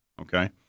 Okay